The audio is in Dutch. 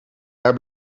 daar